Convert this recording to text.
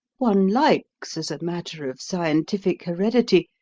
one likes, as a matter of scientific heredity,